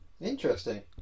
Interesting